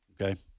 Okay